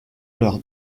leur